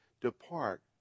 depart